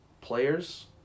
players